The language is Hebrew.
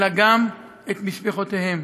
אלא גם את משפחותיהם.